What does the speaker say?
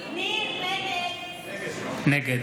נגד